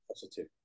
positive